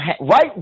right